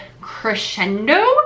crescendo